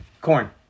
Corn